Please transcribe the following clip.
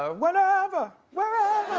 ah whenever, wherever